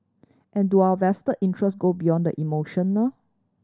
but do our vested interest go beyond the emotional